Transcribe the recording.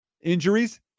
injuries